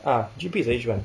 ah G_P is a H one